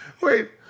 Wait